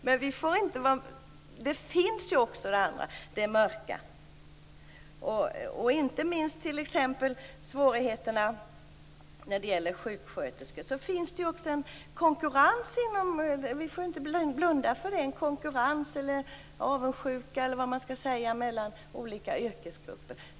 Men vi får inte vara blinda. Det finns också det mörka. Vi får inte blunda för den konkurrens eller avundsjuka som finns mellan olika yrkesgrupper.